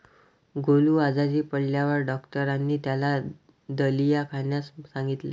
गोलू आजारी पडल्यावर डॉक्टरांनी त्याला दलिया खाण्यास सांगितले